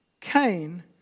Cain